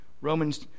Romans